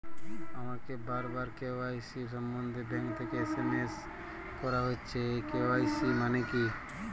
আমাকে বারবার কে.ওয়াই.সি সম্বন্ধে ব্যাংক থেকে এস.এম.এস করা হচ্ছে এই কে.ওয়াই.সি মানে কী?